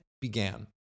began